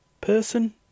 person